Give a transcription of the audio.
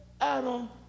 Adam